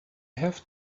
have